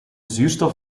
zuurstof